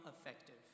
effective